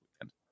weekend